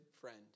friend